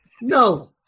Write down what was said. No